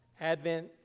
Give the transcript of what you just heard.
Advent